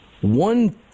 One